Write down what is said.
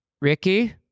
Ricky